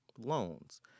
Loans